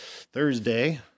Thursday